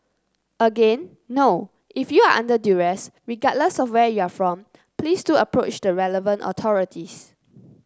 again no if you are under duress regardless of where you are from please do approach the relevant authorities